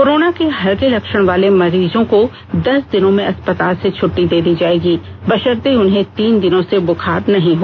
corona के हल्के लक्षण वाले मरीजों को दस दिनों में अस्पताल से छुट्टी दे दी जाएगी बर्शतें उन्हें तीन दिन से बुखार नहीं हो